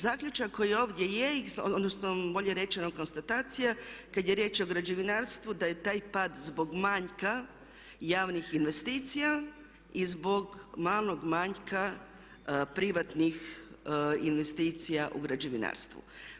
Zaključak koji je ovdje je odnosno bolje rečeno konstatacija kad je riječ o građevinarstvu da je taj pad zbog manjka javnih investicija i zbog malog manjka privatnih investicija u građevinarstvu.